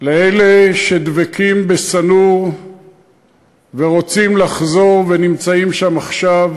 לאלה שדבקים בשא-נור ורוצים לחזור ונמצאים שם עכשיו,